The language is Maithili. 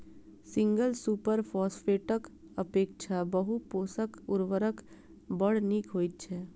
सिंगल सुपर फौसफेटक अपेक्षा बहु पोषक उर्वरक बड़ नीक होइत छै